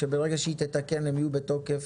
שברגע שהיא תתקן הם יהיו בתוקף,